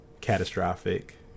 catastrophic